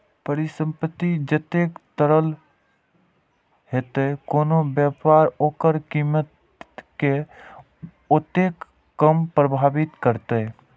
परिसंपत्ति जतेक तरल हेतै, कोनो व्यापार ओकर कीमत कें ओतेक कम प्रभावित करतै